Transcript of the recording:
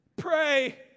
Pray